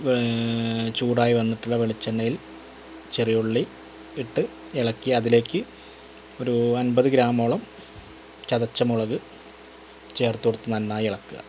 ചൂടായി വന്നിട്ടുള്ള വെളിച്ചെണ്ണയിൽ ചെറിയുള്ളി ഇട്ട് ഇളക്കി അതിലേക്ക് ഒരു അൻപത് ഗ്രാമോളം ചതച്ച മുളക് ചേർത്തു കൊടുത്ത് നന്നായി ഇളക്കുക